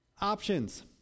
Options